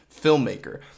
filmmaker